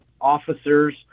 officers